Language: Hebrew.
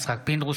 יצחק פינדרוס,